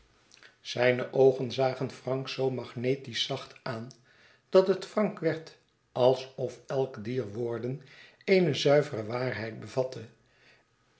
zijne oogen zagen frank zoo magnetisch zacht aan dat het frank werd alsof elk dier woorden eene zuivere waarheid bevatte